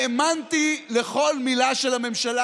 האמנתי לכל מילה של הממשלה,